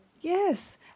Yes